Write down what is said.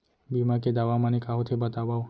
बीमा के दावा माने का होथे बतावव?